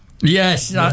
Yes